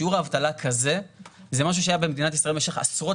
שיעור אבטלה כזה זה משהו שהיה במדינת ישראל במשך עשרות